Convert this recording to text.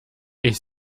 ich